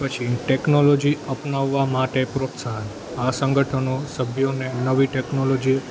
પછી ટેકનોલોજી અપનાવવા માટે પ્રોત્સાહન આ સંગઠનો સભ્યોને નવી ટેકનોલોજી